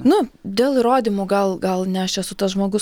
nu dėl įrodymų gal gal ne aš esu tas žmogus